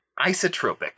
isotropic